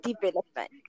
development